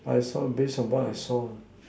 I saw based on what I saw